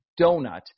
donut